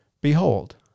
Behold